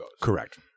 Correct